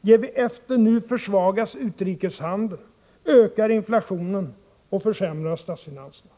ger vi efter nu försvagas utrikeshandeln, ökar inflationen och försämras statsfinanserna.